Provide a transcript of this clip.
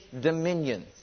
dominion